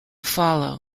follow